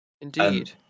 Indeed